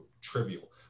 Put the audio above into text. trivial